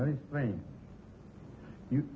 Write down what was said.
very strange you